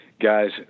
guys